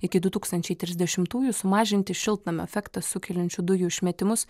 iki du tūkstančiai trisdešimtųjų sumažinti šiltnamio efektą sukeliančių dujų išmetimus